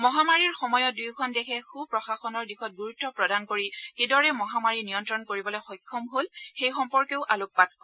মহামাৰীৰ সময়ত দুয়োখন দেশে সুপ্ৰশাসনৰ দিশত গুৰুত্ব প্ৰদান কৰি কিদৰে মহামাৰী নিয়ন্ত্ৰণ কৰিবলৈ সক্ষম হ'ল সেই সম্পৰ্কেও আলোকপাত কৰে